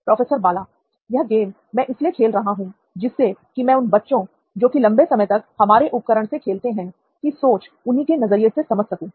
professor Bala यह game मैं इसलिए खेल रहा हूं जिससे कि मैं उन बच्चों जो कि लंबे समय तक हमारे उपकरण से खेलते हैं की सोच उन्ही के नज़रिये से समझ सकूं